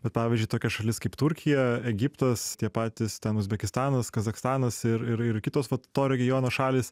bet pavyzdžiui tokias šalis kaip turkija egiptas tie patys ten uzbekistanas kazachstanas ir ir ir kitos to regiono šalys